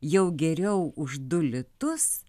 jau geriau už du litus